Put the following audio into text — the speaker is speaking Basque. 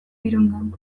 birundan